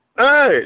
Hey